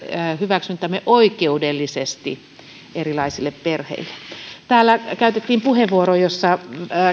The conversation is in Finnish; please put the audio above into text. hyväksyntämme oikeudellisesti erilaisille perheille täällä käytettiin puheenvuoro jossa